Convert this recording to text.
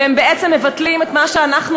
והם בעצם מבטלים את מה שאנחנו